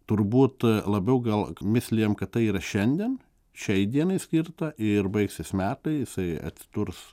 turbūt labiau gal mislijam kad tai yra šiandien šiai dienai skirta ir baigsis metai jisai atsidurs